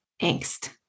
angst